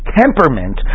temperament